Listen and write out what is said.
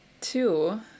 Two